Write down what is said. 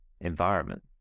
environment